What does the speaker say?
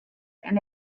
and